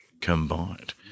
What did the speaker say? combined